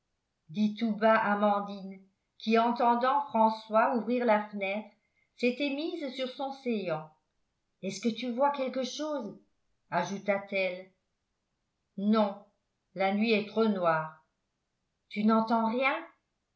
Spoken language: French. dit tout bas amandine qui entendant françois ouvrir la fenêtre s'était mise sur son séant est-ce que tu vois quelque chose ajouta-t-elle non la nuit est trop noire tu n'entends rien